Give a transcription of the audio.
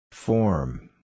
Form